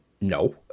no